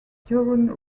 during